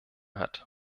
hat